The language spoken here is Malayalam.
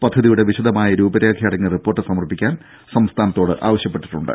പദ്ധതിയുടെ വിശദമായ രൂപരേഖ അടങ്ങിയ റിപ്പോർട്ട് സമർപ്പിക്കാൻ സംസ്ഥാനത്തോട് ആവശ്യപ്പെട്ടിട്ടുണ്ട്